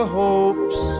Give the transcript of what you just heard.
hopes